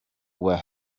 were